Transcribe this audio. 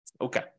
Okay